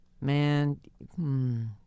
man